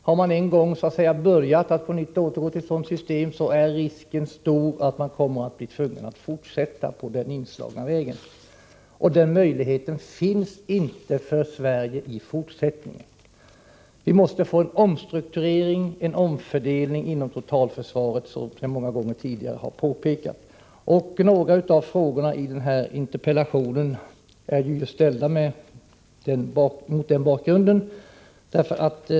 Har man en gång återgått till ett sådant system och börjat höja militärutgifterna är risken stor att man blir tvungen att fortsätta på den inslagna vägen. Och den möjligheten finns inte för Sverige i fortsättningen. Vi måste få till stånd en omstrukturering och en omfördelning inom totalförsvaret, som jag många gånger tidigare har påpekat. Några av frågorna i interpellationen är ställda mot den bakgrunden.